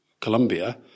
Colombia